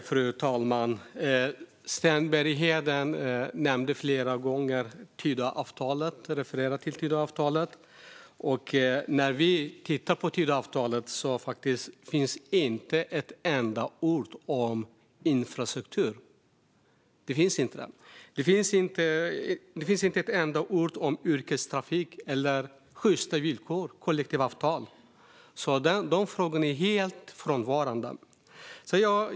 Fru talman! Sten Bergheden refererade flera gånger till Tidöavtalet, men i Tidöavtalet finns inte ett enda ord om infrastruktur. Det finns inte ett enda ord om yrkestrafik, sjysta villkor eller kollektivavtal. De frågorna är helt frånvarande.